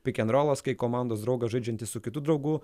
pikendrolas kai komandos draugas žaidžiantis su kitu draugu